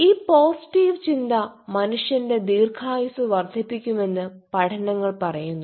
ഈ പോസിറ്റീവ് ചിന്ത മനുഷ്യന്റെ ദീർഘായുസ്സ് വർദ്ധിപ്പിക്കുമെന്ന് പഠനങ്ങൾ പറയുന്നു